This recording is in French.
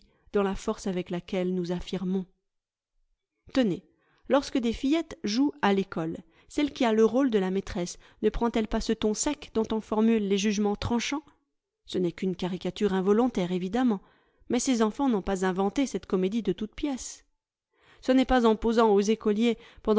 dans la force avec laquelle nous affirmons tenez lorsque des fillettes jouent à l'école celle qui a le rôle de la maîtresse ne prend elle pas ce ton sec dont on formule les jugements tranchants ce n'est qu'une caricature involontaire évidemment mais ces enfants n'ont pas inventé cette comédie de toutes pièces ce n'est pas en posant aux écoliers